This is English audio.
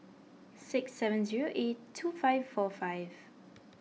six seven zero eight two five four five